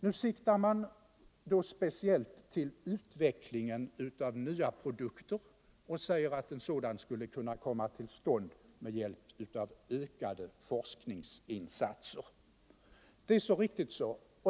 Nu siktar motionärerna speciellt till utveckling av nya produkter och säger att en sådan skulle kunna komma till stånd med hjälp av ökade forskningsinsatser. Det är så riktigt.